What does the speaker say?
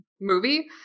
movie